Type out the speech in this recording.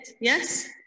yes